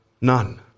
None